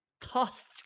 tossed